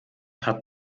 hat